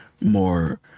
more